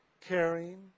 caring